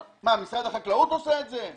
מה, משרד החקלאות עושה את זה?